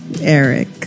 Eric